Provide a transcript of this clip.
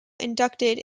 inducted